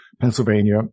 Pennsylvania